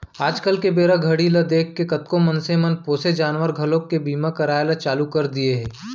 आज के बेरा घड़ी ल देखके कतको मनसे मन पोसे जानवर घलोक के बीमा कराय ल चालू कर दिये हें